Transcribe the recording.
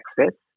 access